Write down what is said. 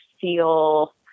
feel